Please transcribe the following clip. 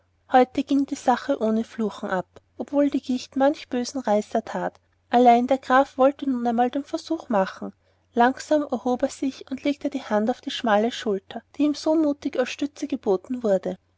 heute ging die sache ohne fluchen ab obwohl die gicht manch bösen reißer that allein der graf wollte nun einmal den versuch machen langsam erhob er sich und legte die hand auf die schmale schulter die ihm so mutig als stütze geboten wurde